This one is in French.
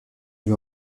lui